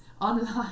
online